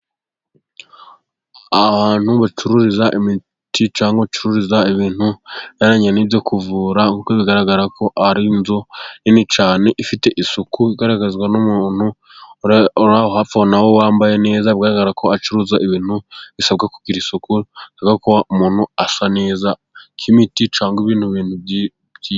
Ahantu bacururiza imiti cyangwa bacururiza ibintu bijyaniranye, n'ibyo kuvura kuko bigaragara ko ari inzu nini cyane ifite isuku, igaragazwa n'umuntu uri aho hafi aho na we wambaye neza, bigaragara ko acuruza ibintu bisabwa kugira isuku, bigaragara ko umuntu asa neza nk'imiti cyangwa ibindi bintu byi byi......